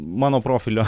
mano profilio